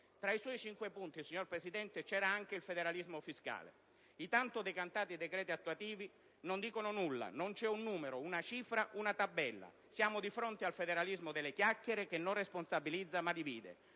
Tra i suoi cinque punti, signor Presidente, c'era anche il federalismo fiscale. I tanto decantati decreti attuativi del federalismo fiscale non dicono nulla; non c'è un numero, una cifra, una tabella. Siamo di fronte al federalismo delle chiacchiere che non responsabilizza ma divide;